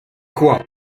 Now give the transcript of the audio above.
quoi